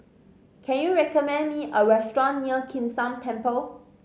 can you recommend me a restaurant near Kim San Temple